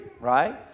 right